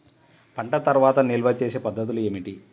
పంట తర్వాత నిల్వ చేసే పద్ధతులు ఏమిటి?